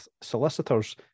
solicitors